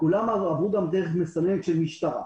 כולם גם עברו דרך מסננת של משטרה.